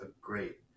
great